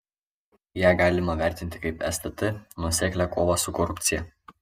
ją galima vertinti kaip stt nuoseklią kovą su korupcija